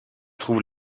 trouve